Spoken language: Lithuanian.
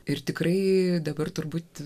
ir tikrai dabar turbūt